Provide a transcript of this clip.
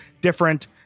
different